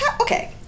Okay